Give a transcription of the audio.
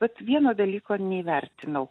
vat vieno dalyko neįvertinau